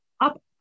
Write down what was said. up